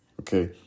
Okay